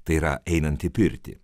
tai yra einant į pirtį